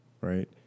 right